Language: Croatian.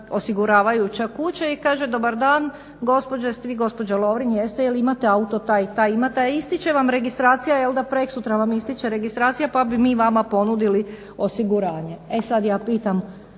osiguravajuća kuća i kaže dobar dan gospođo, jeste vi gospođa Lovrin, jeste, jel imate auto taj i taj, imate, a ističe vam registracija, jelda preksutra vam ističe registracija pa bi mi vama ponudili osiguranje. E sad ja pitam